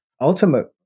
ultimate